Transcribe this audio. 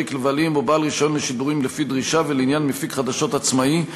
כבלים או בעל רישיון לשידורים לפי דרישה ולעניין מפיק חדשות עצמאי,